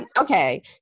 Okay